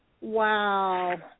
Wow